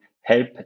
help